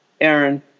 Aaron